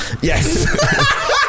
yes